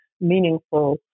meaningful